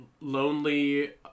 lonely